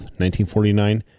1949